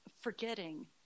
forgetting